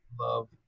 love